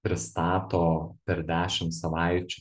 pristato per dešim savaičių